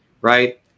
right